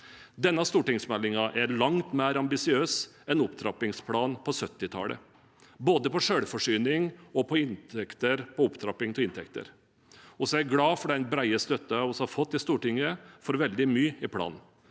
Denne stortingsmeldingen er langt mer ambisiøs enn opptrappingsplanen på 1970-tallet, både på selvforsyning og på opptrapping av inntekter. Vi er glade for den brede støtten vi har fått i Stortinget for veldig mye i planen.